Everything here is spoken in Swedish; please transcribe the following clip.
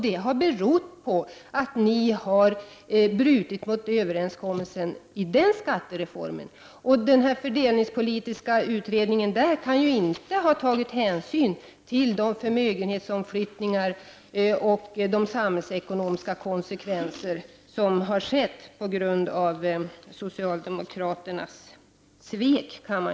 Det beror på att ni har brutit mot överenskommelsen om den skattereformen. Den här fördelningspolitiska utredningen kan inte ha tagit hänsyn till de förmögenhetsomflyttningar och de samhällsekonomiska konsekvenser som har blivit följden av socialdemokraternas svek.